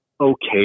okay